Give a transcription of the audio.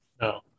No